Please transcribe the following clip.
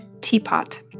teapot